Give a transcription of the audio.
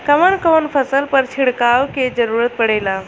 कवन कवन फसल पर छिड़काव के जरूरत पड़ेला?